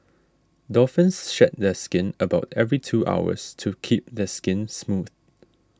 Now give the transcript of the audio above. dolphins shed their skin about every two hours to keep their skin smooth